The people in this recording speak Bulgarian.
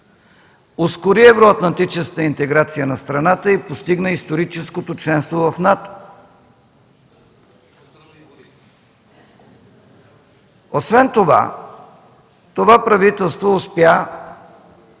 ускори евроатлантическата интеграция на страната и постигна историческото членство в НАТО. (Реплики от ГЕРБ.) Освен това, това правителство успя